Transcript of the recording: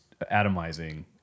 atomizing